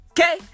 Okay